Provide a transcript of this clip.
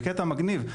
בקטע מגניב,